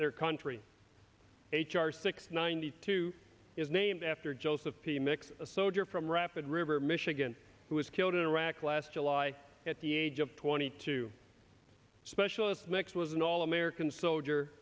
their country h r six ninety two is named after joseph p mix a soldier from rapid river michigan who was killed in iraq last july at the age of twenty two specialist mix was an all american soldier